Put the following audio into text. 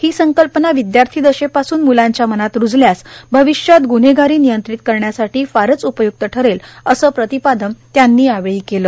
ही संकल्पना विद्यार्थी दशेपासून मुलांच्या मनात रूजल्यास भविष्यात गुन्हेगारी नियंत्रित करण्यासाठी फारच उपय्क्त ठरेल असं प्रतिपादन त्यांनी यावेळी केलं